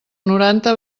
noranta